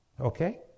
okay